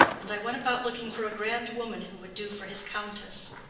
and i went about looking for a grand woman who would do for his countess,